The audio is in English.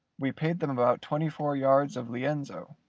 we paid them about twenty-four yards of lienzo,